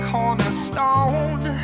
cornerstone